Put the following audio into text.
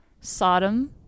Sodom